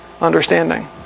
understanding